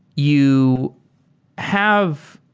you have